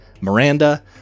Miranda